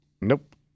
Nope